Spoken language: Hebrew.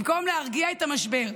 במקום להרגיע את המשבר,